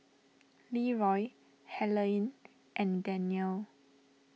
Leeroy Helaine and Daniele